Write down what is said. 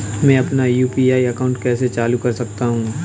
मैं अपना UPI account कैसे चालू कर सकता हूँ?